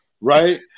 right